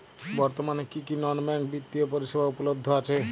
বর্তমানে কী কী নন ব্যাঙ্ক বিত্তীয় পরিষেবা উপলব্ধ আছে?